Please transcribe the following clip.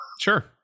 Sure